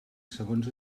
segons